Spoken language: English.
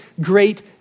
great